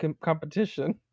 competition